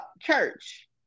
Church